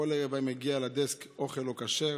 בכל יום היה מגיע לדסק אוכל לא כשר: